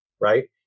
right